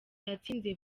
yatsinze